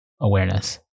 awareness